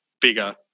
bigger